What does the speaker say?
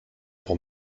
pour